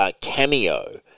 cameo